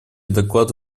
доклады